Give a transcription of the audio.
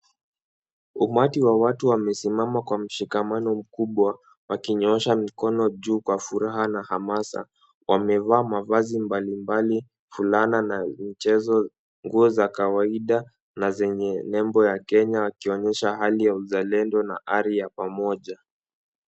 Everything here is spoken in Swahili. Umati wa watu wamesimama kwa mshikamano mkubwa wakinyoosha mkono juu kwa furaha na hamasa. Wamevaa mavazi mbalimbali fulana na mchezo, nguo za kawaida na zenye nembo ya Kenya wakionyesha hali ya uzalendo na ari ya pamoja.